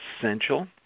essential